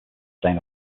stain